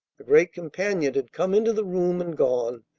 the great companion had come into the room and gone,